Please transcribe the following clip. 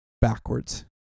backwards